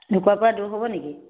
ঢকুৱাৰ পৰা দূৰ হ'ব নেকি